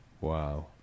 Wow